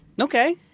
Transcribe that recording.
Okay